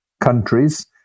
countries